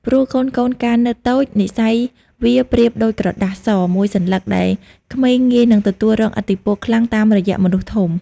ព្រោះកូនៗកាលនៅតូច និស្ស័យវាប្រៀបដូចក្រដាស ស មួយសន្លឹក ដែលក្មេងងាយនិងទទួលរងឥទ្ធិពលខ្លាំងតាមរយះមនុស្សធំ។